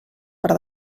per